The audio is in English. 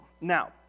Now